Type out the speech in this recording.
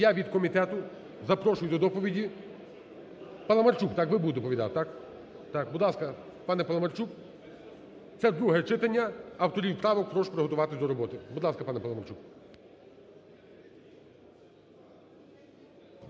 я від комітету запрошую до доповіді, Паламарчук, так, ви будете доповідати? Так? Так, будь ласка, пане Паламарчук. Це друге читання. Авторів правок прошу приготуватись до роботи. Будь ласка, пане Паламарчук.